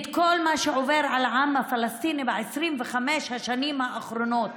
את כל מה שעובר על העם הפלסטיני ב-25 השנים האחרונות.